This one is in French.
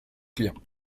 client